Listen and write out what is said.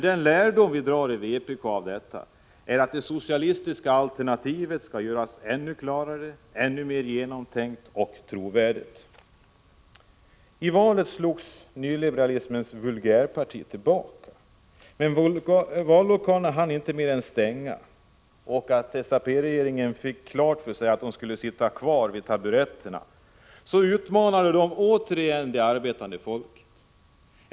Den lärdom som vi i vpk drar av detta är att det socialistiska alternativet skall göras ännu klarare, ännu mer genomtänkt och trovärdigt. I valet slogs nyliberalismens vulgärparti tillbaka. Men SAP-regeringen hade nätt och jämnt hunnit få klart för sig att den skulle sitta kvar vid taburetterna förrän den återigen utmanade det arbetande folket.